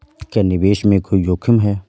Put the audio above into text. क्या निवेश में कोई जोखिम है?